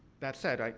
that said, like